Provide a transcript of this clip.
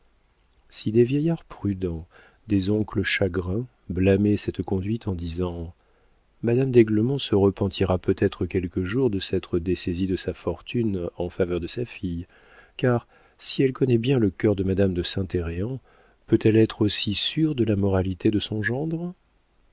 si des vieillards prudents des oncles chagrins blâmaient cette conduite en disant madame d'aiglemont se repentira peut-être quelque jour de s'être dessaisie de sa fortune en faveur de sa fille car si elle connaît bien le cœur de madame de saint héreen peut-elle être aussi sûre de la moralité de son gendre